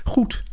Goed